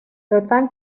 لطفا